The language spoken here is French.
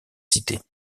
cités